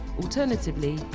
Alternatively